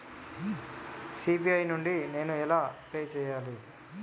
UPI నుండి నేను ఎలా పే చెయ్యాలి?